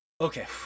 Okay